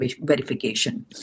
verification